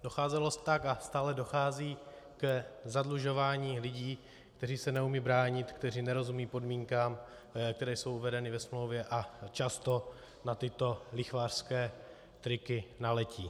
Docházelo tak a stále dochází k zadlužování lidí, kteří se neumějí bránit, kteří nerozumějí podmínkám, které jsou uvedeny ve smlouvě, a často na tyto lichvářské triky naletí.